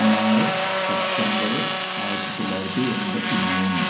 ആറ് സെപ്റ്റംബറ് ആയിരത്തിത്തൊള്ളായിരത്തി എൺപത്തി മൂന്ന്